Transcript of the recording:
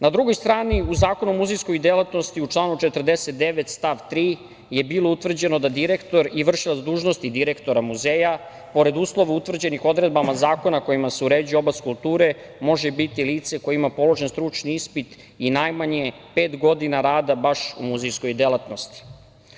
Na drugoj strani, u Zakonu o muzejskoj delatnosti u članu 49. stav 3. je bilo utvrđeno da direktor i vršilac dužnosti direktora muzeja, pored uslova utvrđenih odredbama zakona kojim se uređuje oblast kulture, može biti lice koje ima položen stručni ispit i najmanje pet godina rada baš u muzejskoj delatnosti.